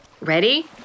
Ready